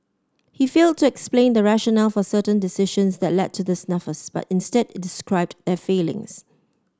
he failed to explain the rationale for certain decisions that led to the snafus but instead described their failings